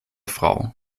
frau